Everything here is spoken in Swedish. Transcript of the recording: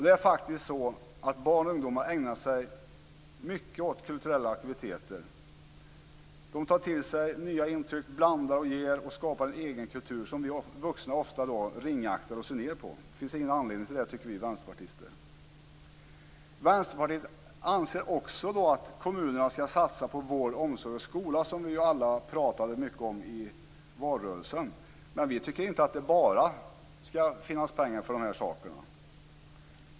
Det är faktiskt så att barn och ungdomar ägnar sig mycket åt kulturella aktiviteter. De tar till sig nya intryck, blandar och ger och skapar en egen kultur som vi vuxna ofta ringaktar och ser ned på. Vi vänsterpartister tycker inte att det finns någon anledning till det. Vänsterpartiet anser också att kommunerna skall satsa på vård, omsorg och skola, som vi alla pratade mycket om i valrörelsen. Men vi tycker inte att det bara skall finnas pengar för de här sakerna.